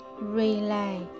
relay